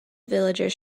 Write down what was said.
villagers